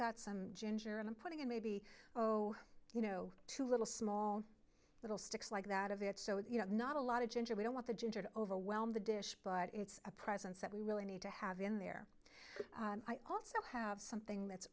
got some ginger and i'm putting in maybe oh you know two little small little sticks like that of it so that you know not a lot of ginger we don't want the gender to overwhelm the dish but it's a presence that we really need to have in there i also have something that's